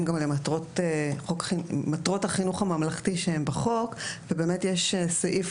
גם למטרות החינוך הממלכתי שהם בחוק ובאמת יש סעיף,